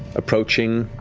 approaching,